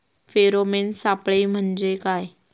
Pheromone सापळे म्हंजे काय?